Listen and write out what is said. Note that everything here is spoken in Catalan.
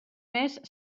més